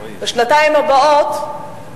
בשנתיים הבאות,